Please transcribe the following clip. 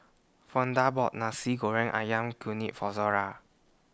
Fonda bought Nasi Goreng Ayam Kunyit For Zora